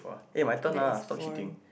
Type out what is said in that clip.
that is boring